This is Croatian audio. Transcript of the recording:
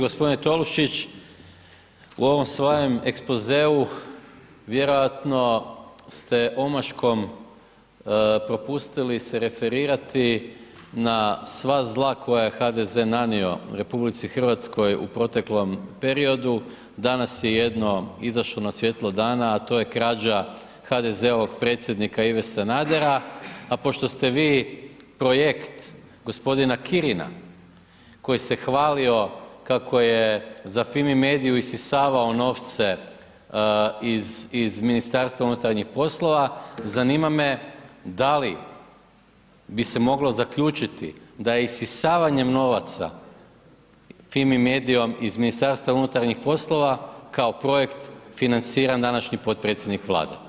Gospodine Tolušić u ovom svojem ekspozeu, vjerojatno, ste omaškom propustili se referirati na sva zla koja je HDZ nanio RH u proteklom periodu, danas je jedno izašlo na svjetlo dana, a to je krađa HDZ-ovog predsjednika Ive Sanadera, a pošto ste vi projekt gospodina Kirina, koji se je hvalio kako je za Fima Mediju isisavao novce iz Ministarstva unutarnjih poslova, zanima me da li bi se moglo zaključiti da je isisavanjem novaca Fimi Medijom iz Ministarstva unutarnjih poslova, kao projekt financiran današnji potpredsjednik Vlade.